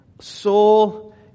Soul